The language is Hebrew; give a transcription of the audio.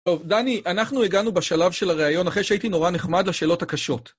טוב, דני, אנחנו הגענו בשלב של הריאיון אחרי שהייתי נורא נחמד לשאלות הקשות.